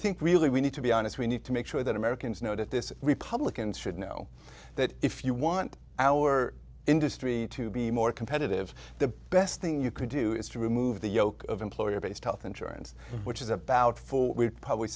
think really we need to be honest we need to make sure that americans know that this republicans should know that if you want our industry to be more competitive the best thing you can do is to remove the yoke of employer based health insurance which is about four we'd probably